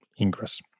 ingress